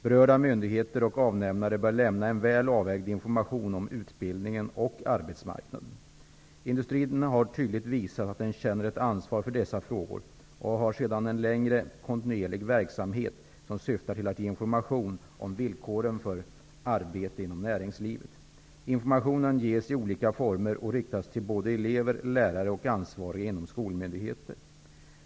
Berörda myndigheter och avnämare bör lämna en väl avvägd information om utbildningen och arbetsmarknaden. Industrin har tydligt visat att den känner ett ansvar för dessa frågor och har sedan länge en kontinuerlig verksamhet som syftar till att ge information om villkoren för arbete inom näringslivet. Informationen ges i olika former och riktas till elever, lärare och ansvariga inom skolmyndigheter.